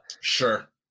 Sure